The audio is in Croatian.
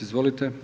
Izvolite.